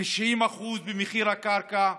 דהיינו 90% ממחיר הקרקע,